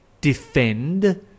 defend